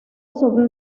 sobre